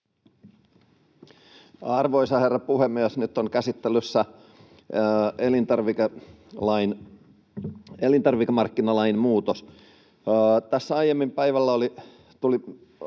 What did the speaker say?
Arvoisa herra puhemies! Nyt on käsittelyssä elintarvikemarkkinalain muutos. Tässä aiemmin päivällä eräs